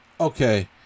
Okay